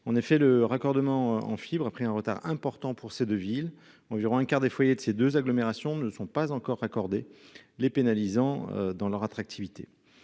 On a fait le raccordement en fibre a pris un retard important pour ces 2 villes environ un quart des foyers de ces 2 agglomérations ne sont pas encore accordé les pénalisant dans leur attractivité.